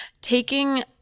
taking